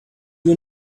you